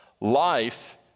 Life